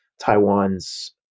Taiwan's